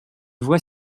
voie